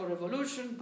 revolution